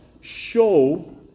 show